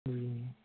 ਜੀ